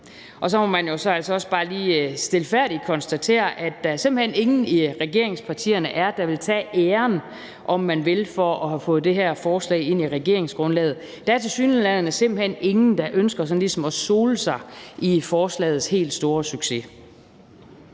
Og så må man jo altså også bare lige stilfærdigt konstatere, at der simpelt hen ikke er nogen i regeringspartierne, der vil tage æren, om man vil, for at have fået det her forslag ind i regeringsgrundlaget. Der er tilsyneladende simpelt hen ingen, der ønsker sådan ligesom at sole sig i forslagets helt store succes.